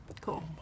Cool